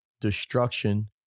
destruction